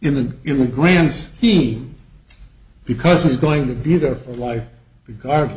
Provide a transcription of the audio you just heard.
in the in the grand scheme because he's going to be there for life the guard